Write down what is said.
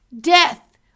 Death